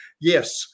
yes